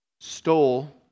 stole